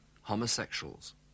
homosexuals